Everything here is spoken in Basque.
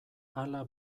hala